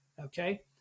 Okay